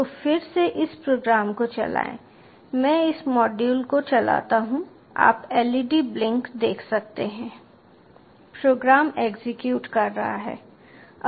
तो फिर से इस प्रोग्राम को चलाएं मैं इस मॉड्यूल को चलाता हूं आप LED ब्लिंक देख सकते हैं प्रोग्राम एग्जीक्यूट कर रहा है